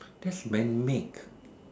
that's manmade